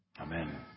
Amen